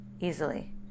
easily